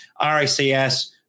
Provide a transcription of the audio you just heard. RICS